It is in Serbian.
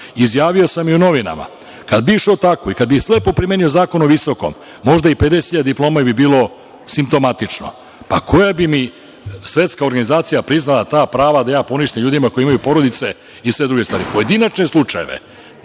godina. Izjavio sam i u novinama, kad bi išao tako i kad bi slepo primenio Zakon visokom, možda 50 hiljada diploma bi bilo simptomatično. Pa, koja bi mi svetska organizacija priznala ta prava da ja poništim ljudima koji imaju porodice i sve ostalo. Pojedinačne slučajeve